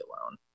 alone